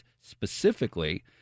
specifically